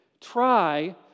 try